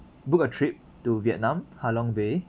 book a trip to vietnam ha long bay